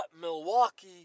Milwaukee